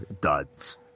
duds